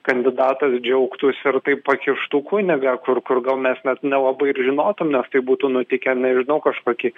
kandidatas džiaugtųsi ir taip pakištų kunigą kur kur gal mes net nelabai ir žinotum nes tai būtų nutikę nežinau kažkoki